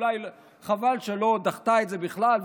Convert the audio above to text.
אולי חבל שהיא לא דחתה את זה בכלל,